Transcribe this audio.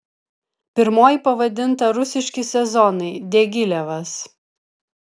pirmoji pavadinta rusiški sezonai diagilevas